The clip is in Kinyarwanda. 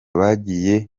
bagiye